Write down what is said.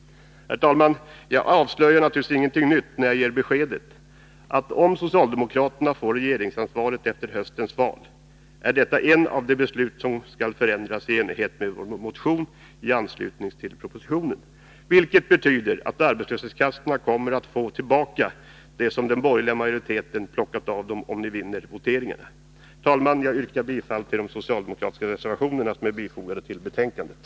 Jag avslöjar naturligtvis ingenting nytt när jag ger beskedet att om socialdemokraterna får regeringsansvaret efter höstens val är detta ett av de beslut som skall förändras i enlighet med vår motion i anslutning till propositionen, vilket betyder att arbetslöshetskassorna kommer att få tillbaka det som den borgerliga majoriteten plockar av dem om ni vinner voteringarna. Herr talman! Jag yrkar bifall till de socialdemokratiska reservationer som är fogade vid betänkandet.